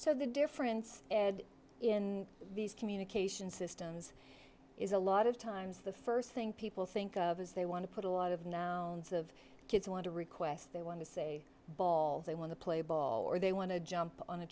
so the difference in these communication systems is a lot of times the first thing people think of is they want to put a lot of nouns of kids want to request they want to say ball they want to play ball or they want to jump on